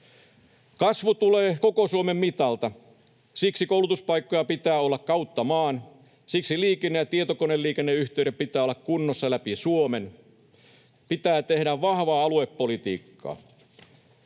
Kasvu tulee koko Suomen mitalta. Siksi koulutuspaikkoja pitää olla kautta maan. Siksi liikenne- ja tietokoneliikenneyhteyksien pitää olla kunnossa läpi Suomen. Pitää tehdä vahvaa aluepolitiikkaa.